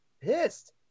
pissed